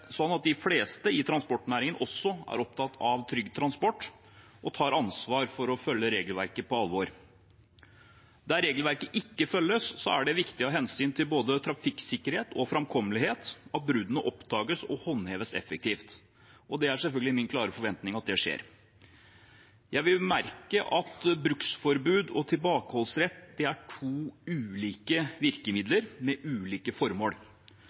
sånn at de fleste i transportnæringen også er opptatt av trygg transport og tar ansvaret for å følge regelverket på alvor. Der regelverket ikke følges, er det viktig av hensyn til både trafikksikkerhet og framkommelighet at bruddene oppdages og håndheves effektivt. Det er selvfølgelig min klare forventning at det skjer. Jeg vil bemerke at bruksforbud og tilbakeholdsrett er to ulike virkemidler med ulike formål.